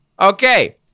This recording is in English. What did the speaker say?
Okay